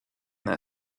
that